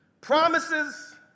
Promises